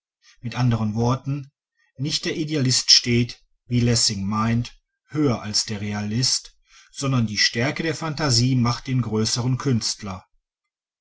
mit andern worten nicht der idealist steht wie lessing meint höher als der realist sondern die stärke der phantasie macht den größeren künstler